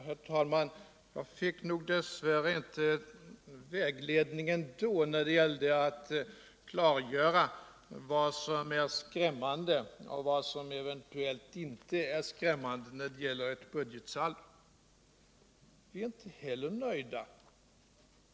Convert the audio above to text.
Herr talman! Jag fick dess värre ändå ringa vägledning när det gällde att klargöra vad som är skrämmande eller eventuellt inte skrämmande i ett budgetsaldo. Vi är inte heller nöjda.